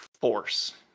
force